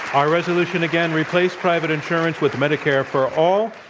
our resolution, again, replace private insurance with medicare for all,